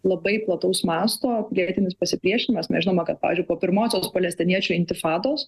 labai plataus masto pilietinis pasipriešinimas mes žinoma kad pavyzdžiui po pirmosios palestiniečių intifados